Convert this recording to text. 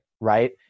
Right